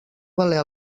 valer